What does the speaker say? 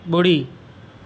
ॿुड़ी